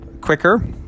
quicker